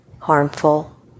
Harmful